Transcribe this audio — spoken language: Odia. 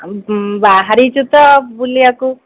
ଆଉ ବାହାରିଛୁ ତ ବୁଲିବାକୁ